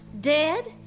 Dead